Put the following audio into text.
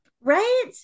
right